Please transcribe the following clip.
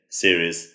series